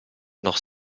noch